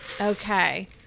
Okay